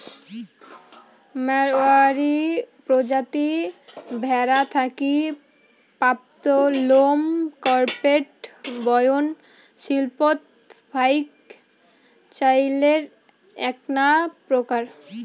মাড়ওয়ারী প্রজাতি ভ্যাড়া থাকি প্রাপ্ত লোম কার্পেট বয়ন শিল্পত ফাইক চইলের এ্যাকনা প্রকার